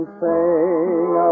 sing